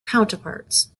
counterparts